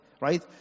right